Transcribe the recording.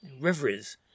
Rivers